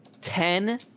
ten